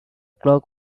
clock